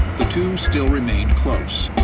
the two still remained close.